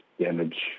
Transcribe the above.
damage